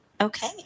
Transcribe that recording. okay